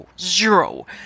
Zero